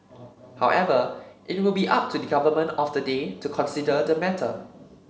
however it will be up to the government of the day to consider the matter